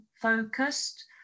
focused